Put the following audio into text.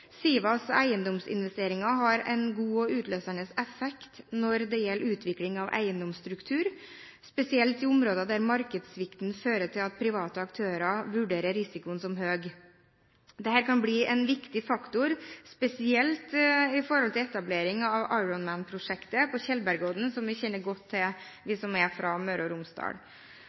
SIVAs eiendomsinvesteringer har en god og utløsende effekt når det gjelder utvikling av eiendomsstruktur, spesielt i områder der markedssvikten fører til at private aktører vurderer risikoen som høy. Dette kan bli en viktig faktor, spesielt for etableringen av Ironman-prosjektet på Tjeldbergodden, som vi som er fra Møre og Romsdal,